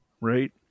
right